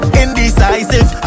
indecisive